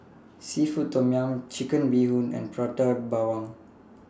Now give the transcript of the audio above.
Seafood Tom Yum Chicken Bee Hoon and Prata Bawang